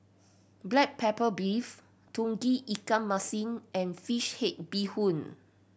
black pepper beef Tauge Ikan Masin and fish head bee hoon